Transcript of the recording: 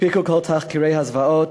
הספיקו כל תחקירי הזוועות,